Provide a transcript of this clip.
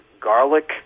garlic